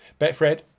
Betfred